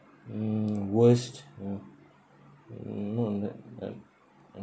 mm worst ya mm not that that